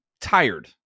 tired